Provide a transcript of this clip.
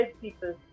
people